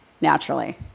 naturally